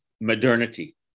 modernity